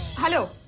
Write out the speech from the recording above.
hello!